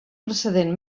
precedent